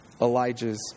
elijah's